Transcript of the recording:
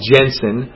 Jensen